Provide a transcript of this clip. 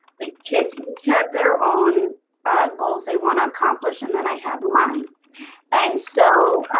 the kids have their own goals, they want to accomplish and then i have mine and so